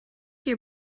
your